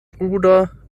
bruder